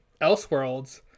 Elseworlds